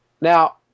Now